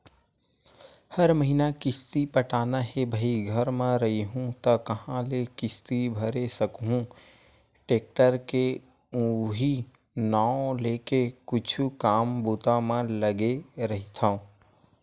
हर महिना किस्ती पटाना हे भई घर म रइहूँ त काँहा ले किस्ती भरे सकहूं टेक्टर के उहीं नांव लेके कुछु काम बूता म लगे रहिथव